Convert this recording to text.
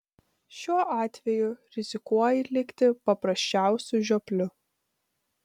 šiuo atveju rizikuoji likti paprasčiausiu žiopliu